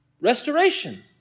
Restoration